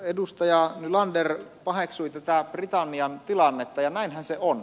edustaja nylander paheksui tätä britannian tilannetta ja näinhän se on